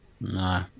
No